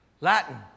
Latin